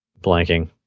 Blanking